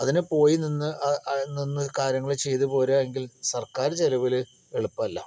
അതിന് പോയി നിന്ന് നിന്ന് കാര്യങ്ങള് ചെയ്ത് പോരുക എങ്കിൽ സർക്കാര് ചിലവില് എളുപ്പമല്ല